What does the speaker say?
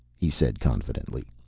he said confidently,